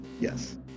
Yes